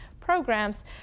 programs